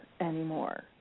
anymore